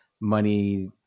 money